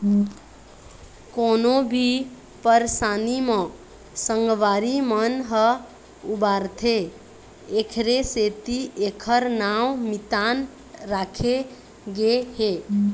कोनो भी परसानी म संगवारी मन ह उबारथे एखरे सेती एखर नांव मितान राखे गे हे